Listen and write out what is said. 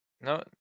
No